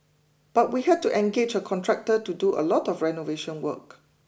but we had to engage a contractor to do a lot of renovation work